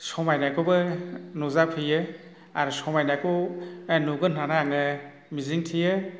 समायनायखौबो नुजाफैयो आरो समायनायखौ नुगोन होननानै आङो मिजिंथियो